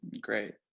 great